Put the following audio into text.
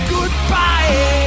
Goodbye